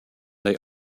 they